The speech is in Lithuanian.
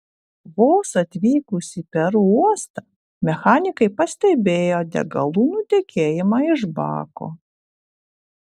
vos atvykus į peru uostą mechanikai pastebėjo degalų nutekėjimą iš bako